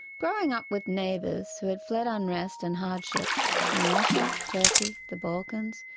growing up with neighbours who had fled unrest and hardship in russia, turkey, the balkans,